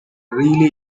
really